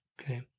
Okay